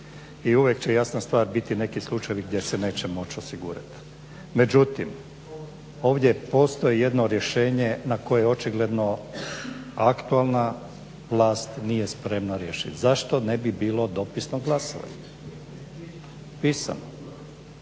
i uvijek će jasna stvar biti neki slučajevi gdje se neće moći osigurati. Međutim ovdje postoji jedno rješenje na koje očigledno aktualna vlast nije spremna riješiti. Zašto ne bi bilo dopisno glasovanje? Pisano?